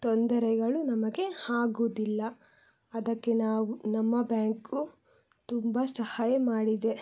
ತೊಂದರೆಗಳು ನಮಗೆ ಆಗುದಿಲ್ಲ ಅದಕ್ಕೆ ನಾವು ನಮ್ಮ ಬ್ಯಾಂಕು ತುಂಬ ಸಹಾಯ ಮಾಡಿದೆ